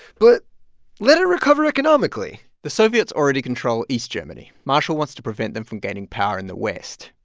but let it recover economically the soviets already control east germany. marshall wants to prevent them from gaining power in the west.